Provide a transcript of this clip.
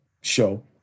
show